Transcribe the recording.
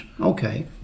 Okay